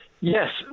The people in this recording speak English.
Yes